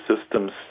systems